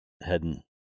heading